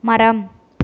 மரம்